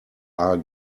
are